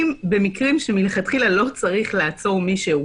במקרים שמלכתחילה לא צריך לעצור משהו,